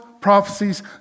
prophecies